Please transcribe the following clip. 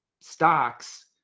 stocks